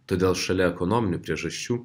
todėl šalia ekonominių priežasčių